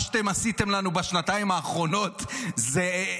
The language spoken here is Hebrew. מה שאתם עשיתם לנו בשנתיים האחרונות זה,